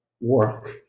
work